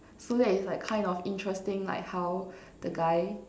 so that is like kind of interesting like how the guy